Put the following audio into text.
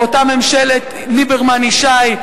באותה ממשלת ליברמן-ישי,